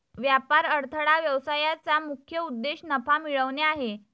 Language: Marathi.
व्यापार अडथळा व्यवसायाचा मुख्य उद्देश नफा मिळवणे आहे